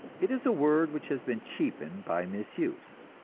it is a word which has been cheapened by misuse,